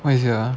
what is it ah